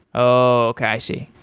oh, okay. i see.